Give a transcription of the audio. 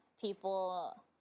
people